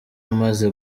amaze